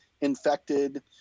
infected